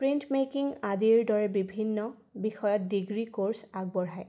print making আদিৰ দৰে বিভিন্ন বিষয়ত ডিগ্ৰী কৰ্ছ আগবঢ়ায়